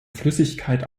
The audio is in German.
flüssigkeit